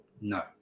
no